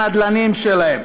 הנדל"נים שלה.